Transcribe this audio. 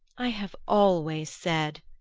i have always said,